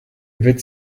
witz